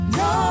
no